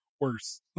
worse